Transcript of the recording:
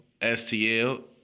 STL